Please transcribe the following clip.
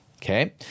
Okay